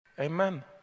Amen